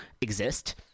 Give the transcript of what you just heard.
exist